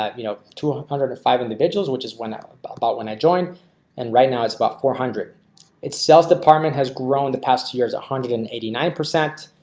um you know two hundred and five individuals which is when i'll about when i join and right now it's about four hundred its sales department has grown the past two years a hundred and eighty-nine percent.